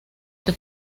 the